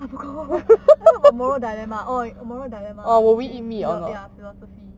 I forgot what about moral dilemma orh moral dilemma we will ya philosophy